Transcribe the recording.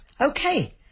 Okay